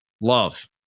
love